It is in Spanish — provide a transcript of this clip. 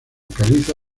caliza